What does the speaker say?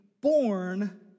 born